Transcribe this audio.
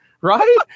right